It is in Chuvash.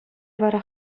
вара